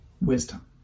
wisdom